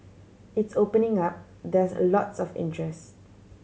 it's opening up there's a lots of interest